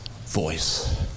voice